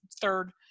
third